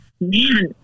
man